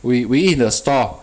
we we eat in the store